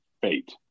fate